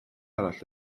arall